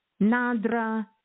Nadra